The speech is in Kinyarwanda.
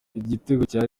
itegeko